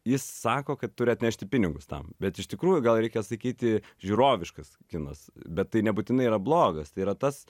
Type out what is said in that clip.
jis sako kad turi atnešti pinigus tam bet iš tikrųjų gal reikia sakyti žiūroviškas kinas bet tai nebūtinai yra blogas tai yra tas